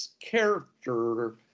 character